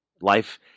life